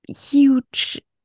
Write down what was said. huge